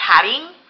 padding